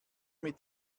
mit